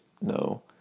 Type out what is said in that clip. no